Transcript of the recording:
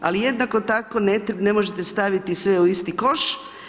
Ali jednako tako, ne možete staviti sve u isti koš.